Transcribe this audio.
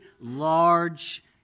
large